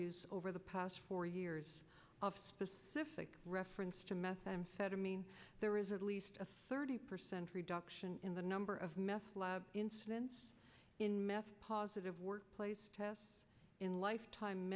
use over the past four years of specific reference to methamphetamine there is at least a thirty percent reduction in the number of meth lab incidents in meth positive workplace tests in life time